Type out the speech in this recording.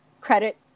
credit